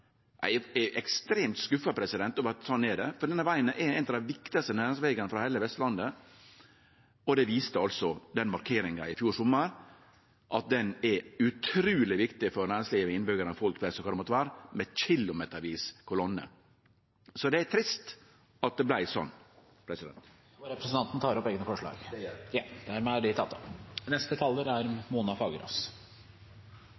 eg er ekstremt skuffa over at det er sånn, for denne vegen er ein av dei viktigaste næringsvegane for heile Vestlandet. Markeringa i fjor sommar med kilometervis med kolonne viste at han er utruleg viktig for næringslivet, innbyggarane, folk flest og kva det måtte vere. Så det er trist at det vart sånn. Eg tek opp Framstegspartiets forslag. Representanten Frank Edvard Sve har tatt opp de forslagene han refererte til. Det er